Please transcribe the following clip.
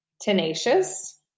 tenacious